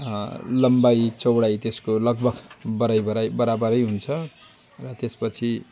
लम्बाइ चौडाइ त्यसको लगभग बराबर बराबर हुन्छ र त्यस पछि